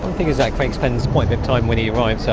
think is that crank dependence appointment time winnie arrived. so